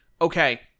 okay